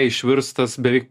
išvirs tas beveik